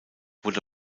wurde